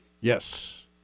Yes